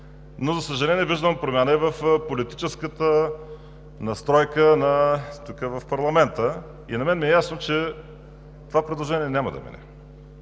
Но, за съжаление, виждам промяна и в политическата настройка тук, в парламента, и на мен ми е ясно, че това предложение няма да мине.